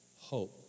hope